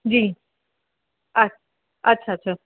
जी अछ अच्छा अच्छा